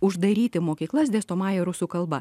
uždaryti mokyklas dėstomąja rusų kalba